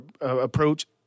approach